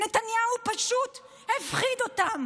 נתניהו פשוט הפחיד אותם